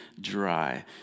dry